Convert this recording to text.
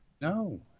No